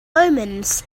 omens